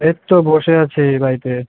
এই তো বসে আছি বাড়িতে